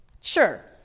Sure